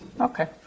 Okay